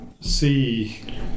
see